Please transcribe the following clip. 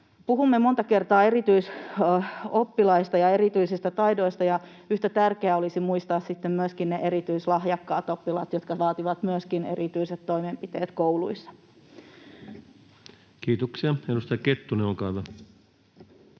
Puhumme monta kertaa erityisoppilaista ja erityisistä taidoista, ja yhtä tärkeää olisi muistaa sitten myöskin ne erityislahjakkaat oppilaat, jotka vaativat myöskin erityiset toimenpiteet kouluissa. Kiitoksia. — Edustaja Kettunen, olkaa hyvä.